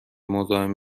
مزاحم